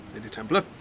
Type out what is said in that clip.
lady templar.